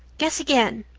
guess again.